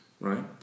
right